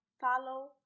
follow